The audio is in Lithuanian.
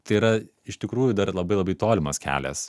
tai yra iš tikrųjų dar labai labai tolimas kelias